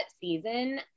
season